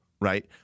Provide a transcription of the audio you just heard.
Right